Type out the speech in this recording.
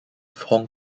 hong